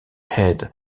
head